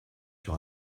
sur